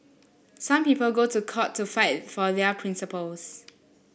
some people go to court to fight for their principles